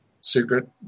secret